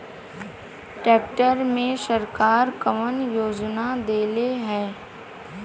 Tractor मे सरकार कवन योजना देले हैं?